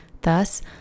Thus